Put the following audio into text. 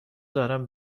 دارم